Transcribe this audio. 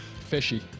fishy